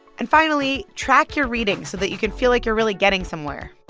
and finally, track your reading so that you can feel like you're really getting somewhere